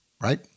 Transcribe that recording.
right